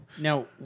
Now